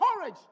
courage